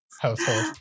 household